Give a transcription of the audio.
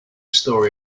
story